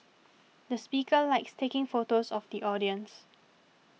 the speaker likes taking photos of the audience